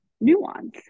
nuance